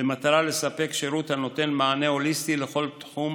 במטרה לספק שירות הנותן מענה הוליסטי לכל תחום